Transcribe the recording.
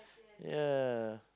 ya